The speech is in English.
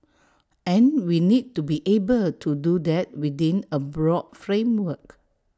and we need to be able to do that within A broad framework